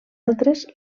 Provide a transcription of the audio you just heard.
altres